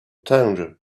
tangier